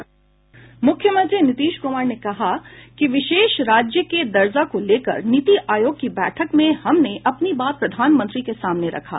मुख्यमंत्री नीतीश कुमार ने कहा है कि विशेष राज्य के दर्जा को लेकर नीति आयोग की बैठक में हमने अपनी बात प्रधानमंत्री के सामने रखा